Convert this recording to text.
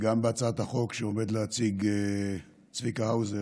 וגם בהצעת החוק שעומד להציג צביקה האוזר,